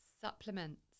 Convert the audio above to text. supplements